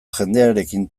jendearekin